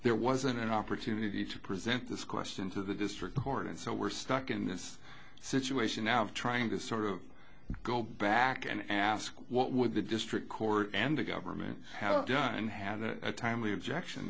there wasn't an opportunity to present this question to the district hornets so we're stuck in this situation now trying to sort of go back and ask what would the district court and the government have done had a timely objection